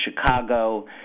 Chicago